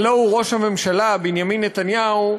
הלוא הוא ראש הממשלה, בנימין נתניהו,